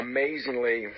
Amazingly